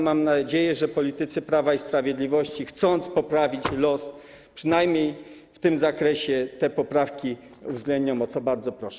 Mam nadzieję, że politycy Prawa i Sprawiedliwości, chcąc poprawić los ludzi przynajmniej w tym zakresie, te poprawki uwzględnią, o co bardzo proszę.